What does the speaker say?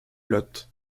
lot